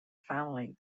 family